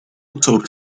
kocour